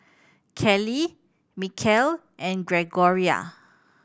Callie Mikel and Gregoria